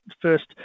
first